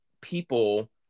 people